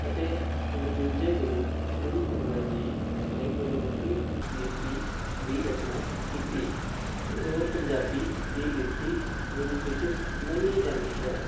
ਅਤੇ ਦੂਜੇ ਗੁਰੂ ਗੁਰੂ ਅੰਗਦ ਜੀ ਨੇ ਗੁਰਮੁਖੀ ਲਿਪੀ ਦੀ ਰਚਨਾ ਕੀਤੀ ਉਹ ਪੰਜਾਬੀ ਦੀ ਲਿਖਤੀ ਰੂਪ ਵਿੱਚ ਮੰਨੀ ਜਾਂਦੀ ਹੈ